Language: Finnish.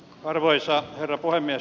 arvoisa herra puhemies